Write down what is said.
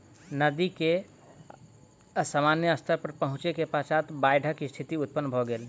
नदी के असामान्य स्तर पर पहुँचै के पश्चात बाइढ़क स्थिति उत्पन्न भ गेल